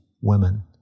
women